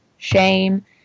shame